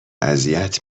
اذیت